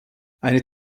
eine